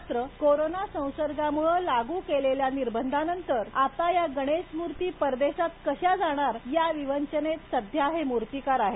मात्र कोरोना संसर्गामुळे लागू केलेल्या निर्बंधांनंतर आता या गणेश मुर्ती परदेशात कशा जाणार या विवंचनेत सध्याहे मूर्तीकार आहेत